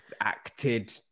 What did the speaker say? acted